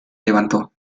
levantó